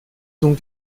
donc